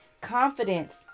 Confidence